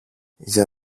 για